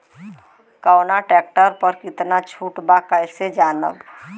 कवना ट्रेक्टर पर कितना छूट बा कैसे जानब?